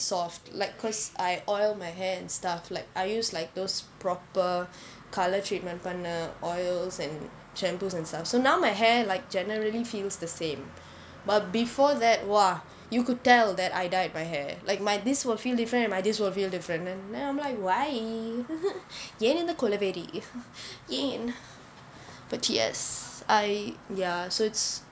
soft like because I oil my hair and stuff like I use like those proper colour treatment பண்ண:panna oils and shampoos and stuff so now my hair like generally feels the same but before that !wah! you could tell that I dyed my hair like my this will feel different and my this will feel different now I'm like why ஏன் இந்த கொலவெறி ஏன்:aen intha kolaveri aen but yes I ya so it's